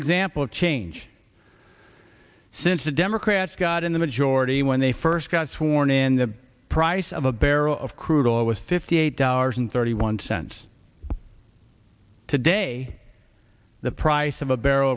example of change since the democrats got in the majority when they first got sworn in the price of a barrel of crude oil was fifty eight dollars and thirty one cents today the price of a barrel